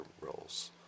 roles